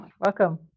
Welcome